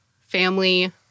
family